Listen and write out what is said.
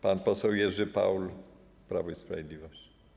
Pan poseł Jerzy Paul, Prawo i Sprawiedliwość.